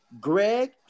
Greg